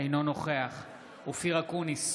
אינו נוכח אופיר אקוניס,